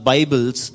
Bibles